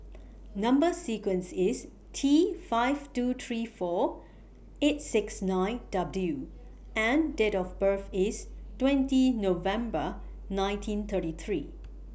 Number sequence IS T five two three four eight six nine W and Date of birth IS twenty November nineteen thirty three